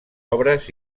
obres